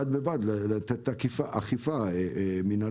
בד בבד, לתת אכיפה מינהלית.